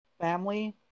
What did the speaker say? family